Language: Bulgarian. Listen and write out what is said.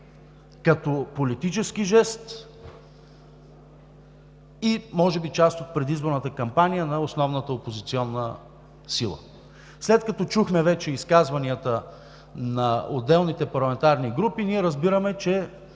като политически жест и може би част от предизборната кампания на основната опозиционна сила. След като чухме вече изказванията на отделните парламентарни групи, ние разбираме, че